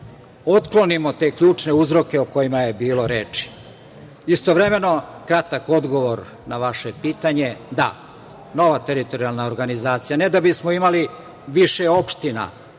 otklonimo te ključne uzroke o kojima je bilo reči. Istovremeno, kratak odgovor na vaše pitanje, da, nova teritorijalna organizacija. Ne da bismo imali više opština,